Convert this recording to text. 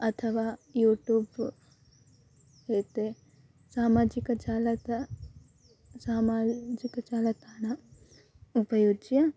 अथवा युटूब् एते सामाजिकजालताणं सामाजिकजालताणम् उपयुज्य